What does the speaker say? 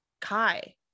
Kai